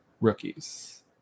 rookies